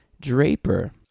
Draper